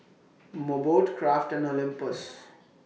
Mobot Kraft and Olympus